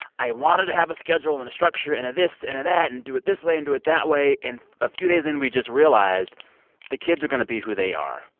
i wanted to have a schedule and a structure and a this and a that and do it this way and do it that way. and a few days in, we just realized the kids are going to be who they are.